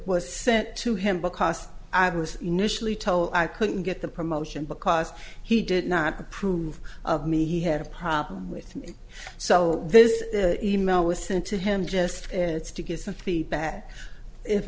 was sent to him because i was initially told i couldn't get the promotion because he did not approve of me he had a problem with me so this is i was sent to him just to get some feedback if